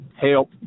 help